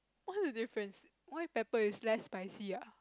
what are difference white pepper is less spicy ah